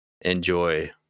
enjoy